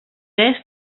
est